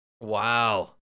Wow